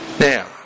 Now